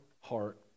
heart